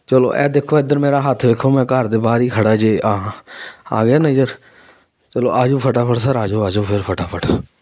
ਚਲੋ ਇਹ ਦੇਖੋ ਇੱਧਰ ਮੇਰਾ ਹੱਥ ਦੇਖੋਂ ਮੈਂ ਘਰ ਦੇ ਬਾਹਰ ਹੀ ਖੜ੍ਹਾ ਜੇ ਆ ਆ ਗਿਆ ਨਜ਼ਰ ਚਲੋ ਆ ਜਾਓ ਫਟਾਫਟ ਸਰ ਆ ਜਾਓ ਆ ਜਾਓ ਫਿਰ ਫਟਾਫਟ